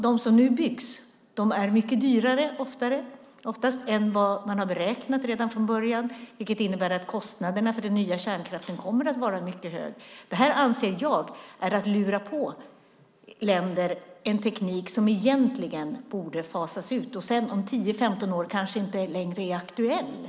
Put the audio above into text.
De som nu byggs blir oftast mycket dyrare än beräknat, vilket innebär att kostnaden för den nya kärnkraften kommer att vara mycket hög. Det anser jag är att lura på länder en teknik som egentligen borde fasas ut och som efter 10-15 år kanske inte längre är aktuell.